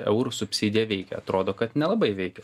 eurų subsidija veikia atrodo kad nelabai veikia